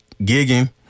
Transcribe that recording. gigging